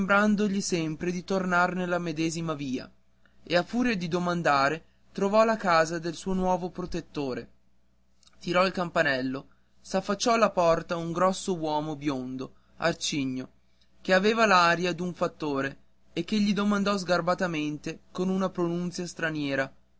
sembrandogli sempre di tornar nella medesima via e a furia di domandare trovò la casa del suo nuovo protettore tirò il campanello s'affacciò alla porta un grosso uomo biondo arcigno che aveva l'aria d'un fattore e che gli domandò sgarbatamente con pronunzia straniera